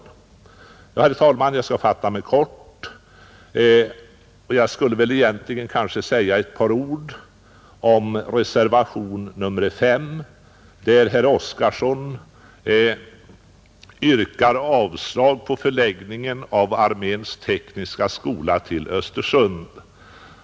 Herr talman! Jag skall fatta mig kort, men jag vill också säga några ord om reservationen 5, där herr Oskarson yrkar avslag på förläggningen av arméns tekniska skola till Östersund.